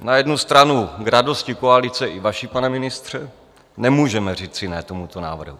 Na jednu stranu k radosti koalice i vaší, pane ministře, nemůžeme říci ne tomuto návrhu.